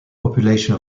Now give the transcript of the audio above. population